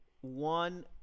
one